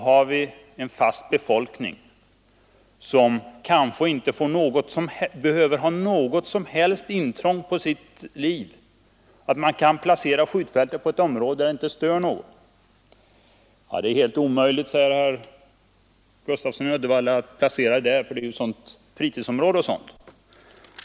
Här finns en fast befolkning som kanske inte skulle behöva lida något intrång alls, om man kan placera skjutfältet i ett område där det inte stör någon. Herr Gustafsson i Uddevalla säger att det är helt omöjligt att placera skjutfältet i Näsetområdet därför att det är ett fritidsområde.